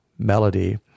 Melody